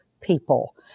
people